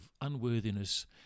unworthiness